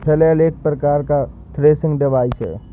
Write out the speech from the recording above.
flail एक प्रकार का थ्रेसिंग डिवाइस है